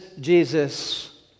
Jesus